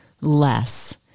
less